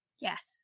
Yes